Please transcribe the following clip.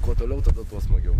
kuo toliau tada tuo smagiau